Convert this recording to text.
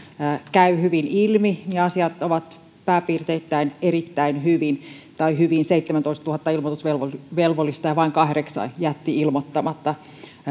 käy hyvin ilmi asiat ovat pääpiirteittäin erittäin hyvin tai hyvin seitsemäntoistatuhatta ilmoitusvelvollista ja vain kahdeksan jätti ilmoittamatta